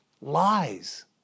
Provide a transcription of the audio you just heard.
lies